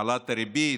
העלאת הריבית,